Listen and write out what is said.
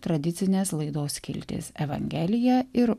tradicinės laidos skiltis evangelija ir